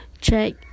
check